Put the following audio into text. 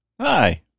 Hi